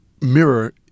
mirror